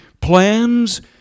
plans